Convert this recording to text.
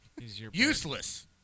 Useless